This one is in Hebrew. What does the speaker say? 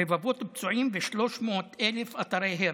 רבבות פצועים ו-300,000 אתרי הרס.